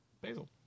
Basil